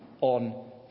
on